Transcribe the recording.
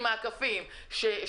ביותר.